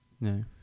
No